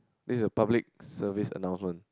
this is a public service annoucement